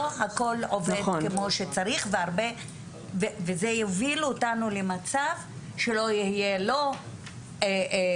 לא הכול עובד כמו שצריך וזה יוביל אותנו למצב שלא תהיה לא הרשעה,